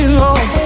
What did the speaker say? long